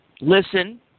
listen